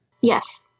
Yes